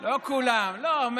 לא כולם, לא.